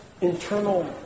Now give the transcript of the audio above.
internal